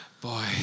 boy